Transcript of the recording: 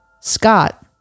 Scott